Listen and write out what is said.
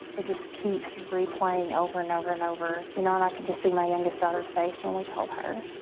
it just keeps replaying over and over and over, you know, and i can just see my youngest daughter's face when we told her.